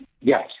Yes